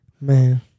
man